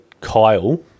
Kyle